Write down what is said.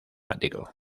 ático